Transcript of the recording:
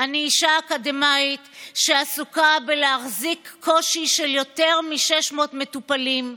אני אישה אקדמאית שעסוקה בלהחזיק קושי של יותר מ-600 מטופלים,